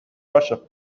russia